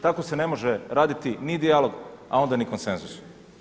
Tako se ne može raditi ni dijalog, a onda ni konsenzus.